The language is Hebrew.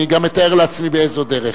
אני גם מתאר לעצמי באיזו דרך.